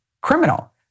criminal